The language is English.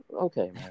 Okay